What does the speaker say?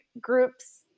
groups